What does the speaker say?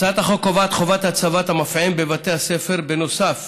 הצעת החוק קובעת הצבת המפעם בבתי הספר, בנוסף